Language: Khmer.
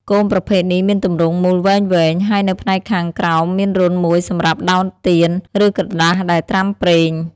គោមប្រភេទនេះមានទម្រង់មូលវែងៗ ហើយនៅផ្នែកខាងក្រោមមានរន្ធមួយសម្រាប់ដោតទៀន ឬក្រដាសដែលត្រាំប្រេង។